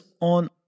on